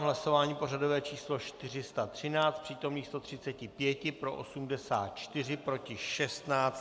Hlasování pořadové číslo 413, z přítomných 135 pro 84, proti 16.